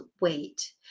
wait